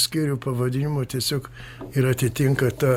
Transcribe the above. skyrių pavadinimų tiesiog ir atitinka tą